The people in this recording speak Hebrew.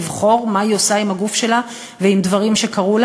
לבחור מה היא עושה עם הגוף שלה ועם דברים שקרו לה,